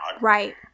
Right